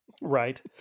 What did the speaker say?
Right